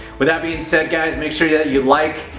with that being said, guys, make sure yeah that you like,